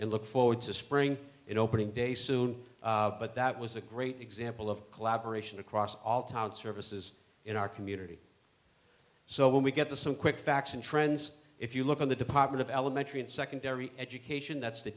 and look forward to spring it opening day soon but that was a great example of collaboration across all town services in our community so when we get to some quick facts and trends if you look in the department of elementary and secondary education that's the